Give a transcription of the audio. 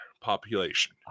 population